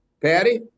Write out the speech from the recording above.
Patty